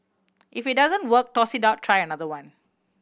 if it doesn't work toss it out try another one